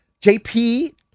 JP